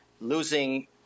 losing